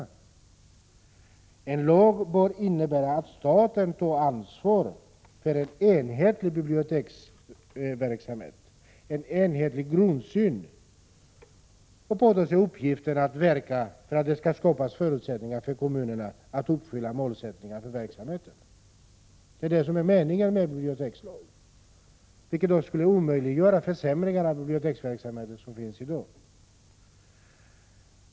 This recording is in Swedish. En sådan lag bör innebära att staten tar ansvar för en enhetlig biblioteksverksamhet och tar på sig uppgiften att verka för att det skapas förutsättningar för kommunerna att uppfylla målen för verksamheten. Detta är meningen med en bibliotekslag. En sådan lag skulle också omöjliggöra de försämringar av biblioteksverksamheten som förekommer i dag.